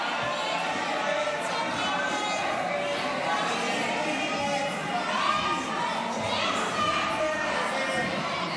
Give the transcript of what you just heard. ההצעה להעביר לוועדה את הצעת חוק שמירת הניקיון (תיקון,